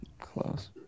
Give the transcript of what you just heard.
Close